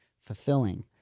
fulfilling